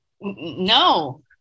No